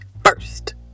First